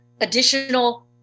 additional